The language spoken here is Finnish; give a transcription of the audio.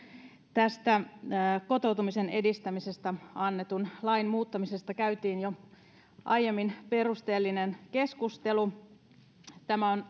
tästä kotoutumisen edistämisestä annetun lain muuttamisesta käytiin jo aiemmin perusteellinen keskustelu tätä on